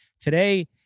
Today